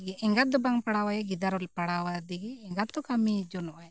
ᱮᱸᱜᱟᱛ ᱫᱚ ᱵᱟᱝ ᱯᱟᱲᱟᱣᱟᱭ ᱜᱤᱫᱟᱹᱨ ᱯᱟᱲᱟᱣ ᱟᱫᱮᱜᱮ ᱮᱸᱜᱟᱛ ᱫᱚ ᱠᱟᱹᱢᱤ ᱡᱚᱱᱚᱜ ᱟᱭ